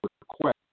request